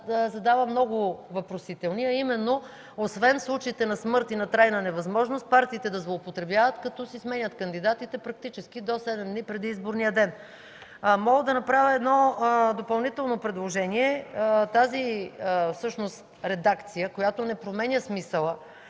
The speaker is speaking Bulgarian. задава много въпросителни, а именно: освен случаите на смърт и на трайна невъзможност, партиите да злоупотребяват като си сменят кандидатите практически до седем дни преди изборния ден. Мога да направя едно допълнително предложение. Всъщност тази редакция, която не променя смисъла,